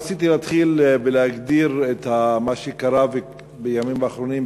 רציתי להתחיל ולהגדיר את מה שקרה בימים האחרונים,